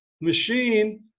machine